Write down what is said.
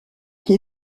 qui